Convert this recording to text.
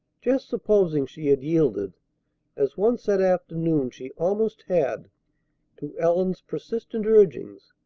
just supposing she had yielded as once that afternoon she almost had to ellen's persistent urgings,